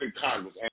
Congress